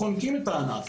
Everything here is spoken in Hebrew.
חונקים את הענף.